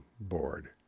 board